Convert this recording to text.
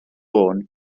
oen